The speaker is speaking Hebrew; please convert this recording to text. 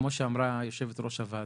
כמו שאמרה יושבת ראש הוועדה: